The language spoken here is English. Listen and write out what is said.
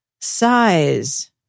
Size